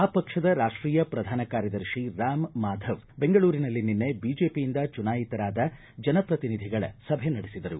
ಆ ಪಕ್ಷದ ರಾಷ್ವೀಯ ಪ್ರಧಾನ ಕಾರ್ಯದರ್ಶಿ ರಾಮ್ ಮಾಧವ್ ಬೆಂಗಳೂರಿನಲ್ಲಿ ನಿನ್ನೆ ಬಿಜೆಒಯಿಂದ ಚುನಾಯಿತರಾದ ಜನಪ್ರತಿನಿಧಿಗಳ ಸಭೆ ನಡೆಸಿದರು